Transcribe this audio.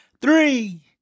Three